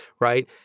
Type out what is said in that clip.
right